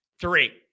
three